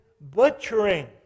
butchering